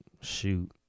shoot